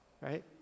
right